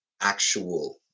actual